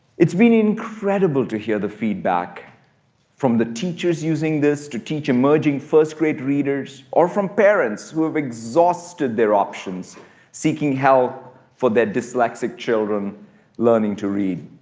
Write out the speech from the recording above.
it's been incredible to hear the feedback from the teachers using this to teach emerging first-grade readers or from parents who have exhausted their options seeking help for their dyslexic children learning to read.